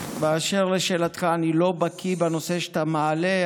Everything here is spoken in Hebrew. באשר לשאלתך, אני לא בקי בנושא שאתה מעלה.